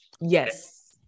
Yes